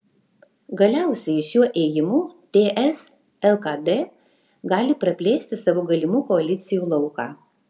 galiausiai šiuo ėjimu ts lkd gali praplėsti savo galimų koalicijų lauką